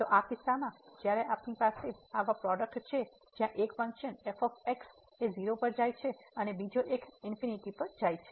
તો આ કિસ્સામાં જ્યારે અમારી પાસે આવા પ્રોડક્ટ છે જ્યાં એક ફંક્શન એ 0 પર જાય છે અને બીજો એક ∞ પર જાય છે